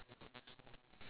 what are you talking about